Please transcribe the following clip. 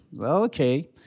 okay